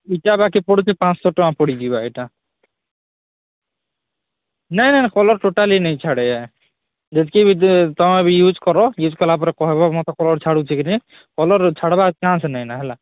ଇଟା ବା କେତେ ପଡ଼ୁଛି ପାଞ୍ଚଶହ ଟଙ୍କା ପଡ଼ିଯିବା ଏଟା ନା ନା କଲର୍ ଟୋଟାଲି ନାଇଁ ଛାଡ଼େ ଯେତିକି ବି ତୁମେ ବି ୟୁଜ୍ କର ୟୁଜ୍ କଲାପରେ କହେବ ମୋତେ କଲର୍ ଛାଡ଼ୁଛି କି ନାହିଁ କଲର୍ ଛାଡ଼ବା ଚାନ୍ସ ନାଇଁନ ହେଲା